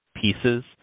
pieces